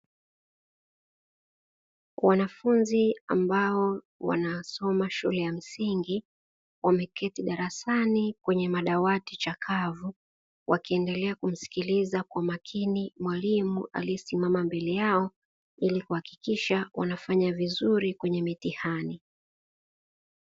Wanafunzi ambao wanasoma shule ya msingi wameketi darasani kwenye madawati chakavu, wakiendelea kumsikiliza kwa umakini mwalimu aliyesimama mbele yao, ili kuhakikisha wanafanya vizuri kwenye mitihani.